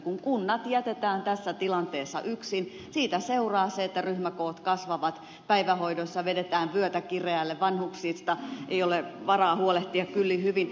kun kunnat jätetään tässä tilanteessa yksin siitä seuraa se että ryhmäkoot kasvavat päivähoidossa vedetään vyötä kireälle vanhuksista ei ole varaa huolehtia kyllin hyvin